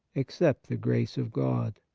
except the grace of god.